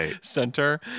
center